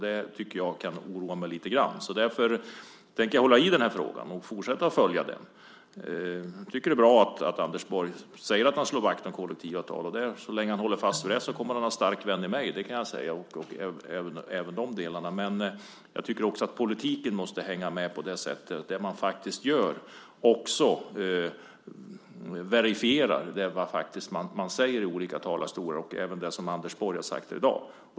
Det kan oroa mig lite grann. Jag tänker därför hålla i frågan och fortsätta att följa den. Det är bra att Anders Borg säger att han slår vakt om kollektivavtal. Så länge han håller fast vid det kommer han att ha en stark vän i mig. Det kan jag säga. Men jag tycker också att politiken måste hänga med. Man måste faktiskt verifiera vad man säger i olika talarstolar och även det som Anders Borg har sagt här i dag.